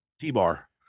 T-Bar